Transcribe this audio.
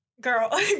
Girl